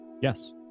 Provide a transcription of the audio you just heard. Yes